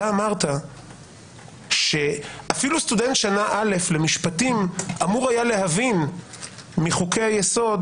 אתה אמרת שאפילו סטודנט שנה א' למשפטים אמור היה להבין מחוקי היסוד,